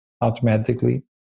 automatically